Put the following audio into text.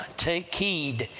take heed,